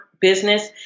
business